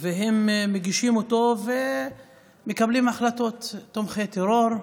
והם מגישים אותו ומקבלים החלטות: תומכי טרור,